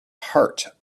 heart